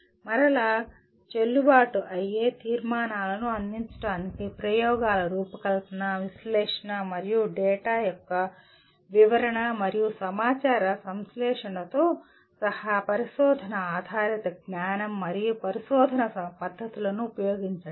మరలా చెల్లుబాటు అయ్యే తీర్మానాలను అందించడానికి ప్రయోగాల రూపకల్పన విశ్లేషణ మరియు డేటా యొక్క వివరణ మరియు సమాచార సంశ్లేషణతో సహా పరిశోధన ఆధారిత జ్ఞానం మరియు పరిశోధన పద్ధతులను ఉపయోగించండి